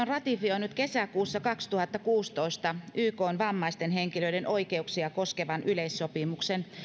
ratifioinut kesäkuussa kaksituhattakuusitoista ykn vammaisten henkilöiden oikeuksia koskevan yleissopimuksen